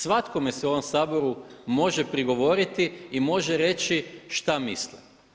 Svakome se ovdje u ovom Saboru može prigovoriti i može reći šta misle.